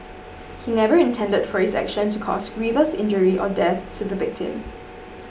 he never intended for his action to cause grievous injury or death to the victim